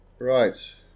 Right